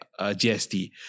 GST